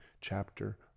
chapter